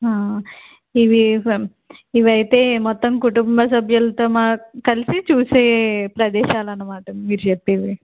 ఇవి ఇవి అయితే మొత్తం కుటుంబ సభ్యులతో మా కలిసి చూసే ప్రదేశాలు అనమాట మీరు చెప్పినవి